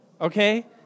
Okay